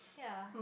ya